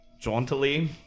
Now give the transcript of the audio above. Jauntily